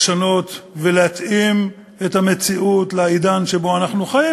לשנות ולהתאים את המציאות לעידן שבו אנחנו חיים,